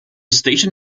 station